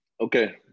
Okay